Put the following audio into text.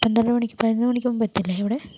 പന്ത്രണ്ടു മണിക്ക് പതിനൊന്നു മണിക്ക് മുൻപ് എത്തില്ലേ അവിടെ